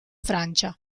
francia